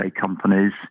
companies